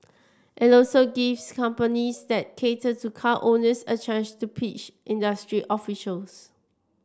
it also gives companies that cater to car owners a chance to pitch industry officials